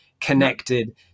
connected